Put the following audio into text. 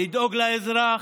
לדאוג לאזרח,